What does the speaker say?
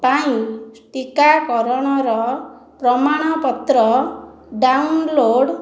ପାଇଁ ଟିକାକରଣର ପ୍ରମାଣପତ୍ର ଡ଼ାଉନଲୋଡ଼୍